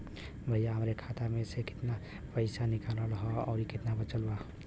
भईया हमरे खाता मे से कितना पइसा निकालल ह अउर कितना बचल बा?